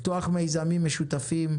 לפתוח מיזמים משותפים,